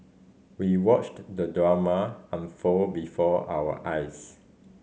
we watched the drama unfold before our eyes